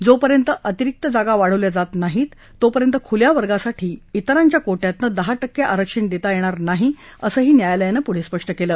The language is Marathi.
जोपर्यंत अतिरिक्त जागा वाढवल्या जात नाहीत तोपर्यंत खुल्या वर्गासाठी तेरांच्या कोट्यातनं दहा टक्के आरक्षण देता येणार नाही असंही न्यायालयानं पुढे स्पष्ट केलं